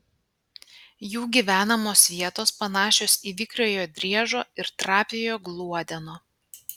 jų gyvenamos vietos panašios į vikriojo driežo ir trapiojo gluodeno